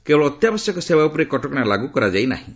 କେବଳ ଅତ୍ୟାବଶ୍ୟକ ସେବା ଉପରେ କଟକଣା ଲାଗୁ କରାଯାଇନାହିଁ